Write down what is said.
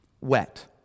wet